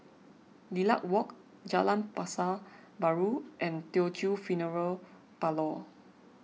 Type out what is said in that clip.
Lilac Walk Jalan Pasar Baru and Teochew Funeral Parlour